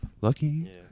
Lucky